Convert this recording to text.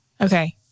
Okay